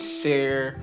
share